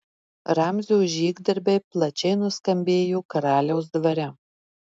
ramzio žygdarbiai plačiai nuskambėjo karaliaus dvare